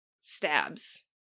stabs